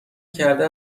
کرده